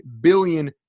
billion